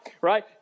right